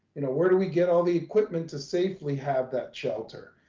you know, where do we get all the equipment to safely have that shelter?